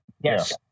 Yes